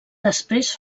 després